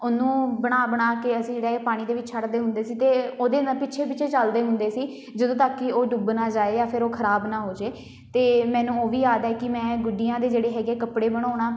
ਉਹਨੂੰ ਬਣਾ ਬਣਾ ਕੇ ਅਸੀਂ ਜਿਹੜਾ ਹੈ ਪਾਣੀ ਦੇ ਵਿੱਚ ਛੱਡਦੇ ਹੁੰਦੇ ਸੀਗੇ ਅਤੇ ਉਹਦੇ ਨਾਲ ਪਿੱਛੇ ਪਿੱਛੇ ਚਲਦੇ ਹੁੰਦੇ ਸੀ ਜਦੋਂ ਤੱਕ ਕਿ ਉਹ ਡੁੱਬ ਨਾ ਜਾਏ ਜਾਂ ਫਿਰ ਉਹ ਖ਼ਰਾਬ ਨਾ ਹੋ ਜਾਏ ਅਤੇ ਮੈਨੂੰ ਉਹ ਵੀ ਆ ਯਾਦ ਹੈ ਕਿ ਮੈਂ ਗੁੱਡੀਆਂ ਦੇ ਜਿਹੜੇ ਹੈਗੇ ਕੱਪੜੇ ਬਣਾਉਣਾ